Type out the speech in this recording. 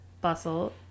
Bustle